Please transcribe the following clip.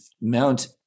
Mount